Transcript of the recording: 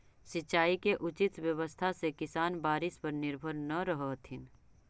सिंचाई के उचित व्यवस्था से किसान बारिश पर निर्भर न रहतथिन